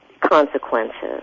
consequences